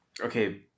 Okay